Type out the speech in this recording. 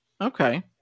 Okay